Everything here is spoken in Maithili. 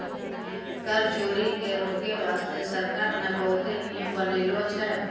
कर चोरी के रोके बासते सरकार ने बहुते नियम बनालो छै